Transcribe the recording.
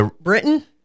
Britain